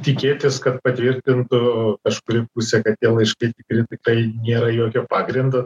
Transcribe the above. tikėtis kad patvirtintų kažkuri pusė kad tie laiškai tikri tai nėra jokio pagrindo